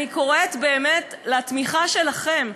אני קוראת באמת לתמיכה שלכם.